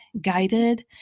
guided